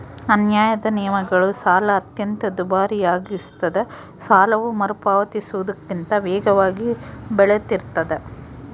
ಅನ್ಯಾಯದ ನಿಯಮಗಳು ಸಾಲ ಅತ್ಯಂತ ದುಬಾರಿಯಾಗಿಸ್ತದ ಸಾಲವು ಮರುಪಾವತಿಸುವುದಕ್ಕಿಂತ ವೇಗವಾಗಿ ಬೆಳಿತಿರ್ತಾದ